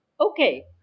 okay